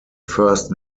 first